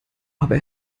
aber